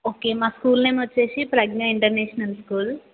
okay మా school name వచ్చేసి Pragya international school